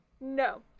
no